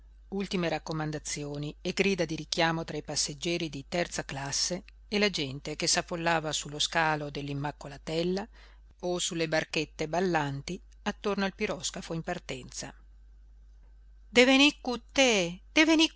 ultime raccomandazioni e grida di richiamo tra i passeggeri di terza classe e la gente che s'affollava su lo scalo dell'immacolatella o sulle barchette ballanti attorno al piroscafo in parterza